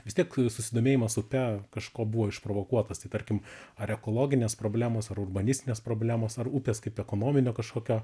vis tiek susidomėjimas upe kažko buvo išprovokuotas tai tarkim ar ekologinės problemos ar urbanistinės problemos ar upės kaip ekonominio kažkokio